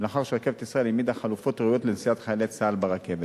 ולאחר ש"רכבת ישראל" העמידה חלופות ראויות לנסיעת חיילי צה"ל ברכבת.